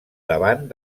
davant